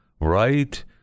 Right